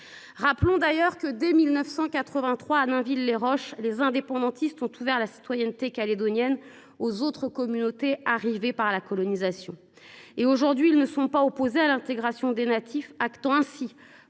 Rappelons d’ailleurs que dès 1983, à Nainville les Roches, les indépendantistes avaient ouvert la citoyenneté calédonienne aux autres communautés arrivées par la colonisation. Aujourd’hui, ils ne sont pas opposés à l’intégration des natifs, actant ainsi